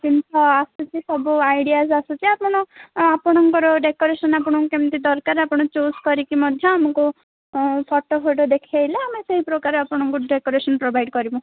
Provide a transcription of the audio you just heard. ଜିନିଷ ଆସୁଛି ସବୁ ଆଇଡ଼ିଆ ଆସୁଛି ଆପଣ ଆପଣଙ୍କର ଡେକୋରେସନ୍ ଆପଣଙ୍କୁ କେମିତି ଦରକାରେ ଆପଣ ଚୁଜ୍ କରିକି ମଧ୍ୟ ଆମକୁ ଫଟୋ ଫଟ ଦେଖେଇଲେ ଆମେ ସେଇ ପ୍ରକାରେ ଆପଣଙ୍କୁ ଡେକୋରେସନ୍ ପ୍ରୋଭାଇଡ଼୍ କରିବୁ